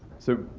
so,